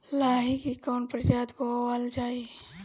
लाही की कवन प्रजाति बोअल जाई?